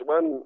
One